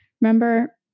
Remember